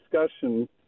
discussion